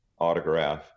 autograph